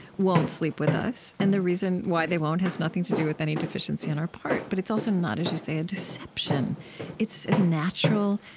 won't sleep with us, and the reason why they won't has nothing to do with any deficiency on our part. but it's also not, as you say, a deception it's a natural,